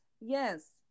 yes